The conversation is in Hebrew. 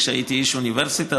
כשהייתי איש אוניברסיטה.